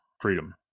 freedom